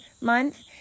Month